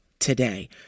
Today